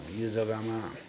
यो जग्गामा